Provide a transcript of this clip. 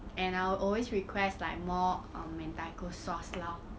and I'll always request like more um mentaiko sauce lor